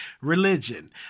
religion